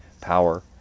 power